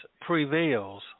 prevails